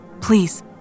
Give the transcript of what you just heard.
Please